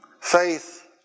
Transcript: Faith